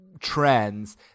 trends